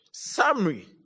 Summary